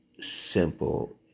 simple